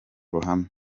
ruhame